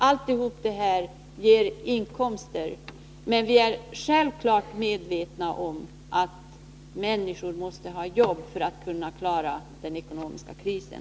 Allt detta ger inkomster, men vi är givetvis medvetna om att människor måste ha arbete för att vi skall kunna klara den ekonomiska krisen.